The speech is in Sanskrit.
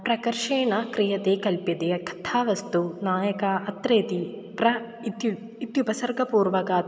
प्रकर्षेण क्रियते कल्प्यते कथा वस्तोः नायकः अत्र इति प्र इत्यु इत्युपसर्गपूर्वकात्